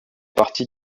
partie